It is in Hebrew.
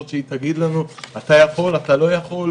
שהיא תגיד לנו שאני יכול או אני לא יכול,